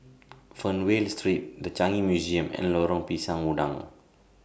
Fernvale Street The Changi Museum and Lorong Pisang Udang